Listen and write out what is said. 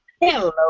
Hello